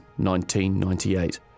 1998